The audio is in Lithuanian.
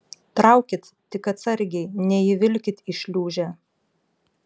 traukit tik atsargiai neįvilkit į šliūžę